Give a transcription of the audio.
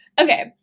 Okay